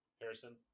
Harrison